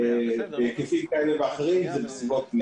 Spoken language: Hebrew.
בהיקפים כאלה ואחרים זה כ-100.